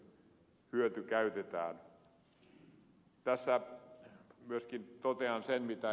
tässä myöskin totean sen minkä ed